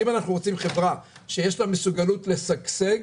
אם אנחנו רוצים חברה שיש לה מסוגלות לשגשג